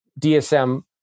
DSM